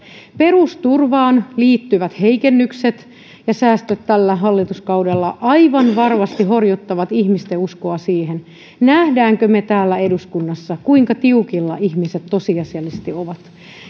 perusturvaan liittyvät heikennykset ja säästöt tällä hallituskaudella aivan varmasti horjuttavat ihmisten uskoa siihen näemmekö me täällä eduskunnassa kuinka tiukilla ihmiset tosiasiallisesti ovat